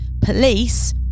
Police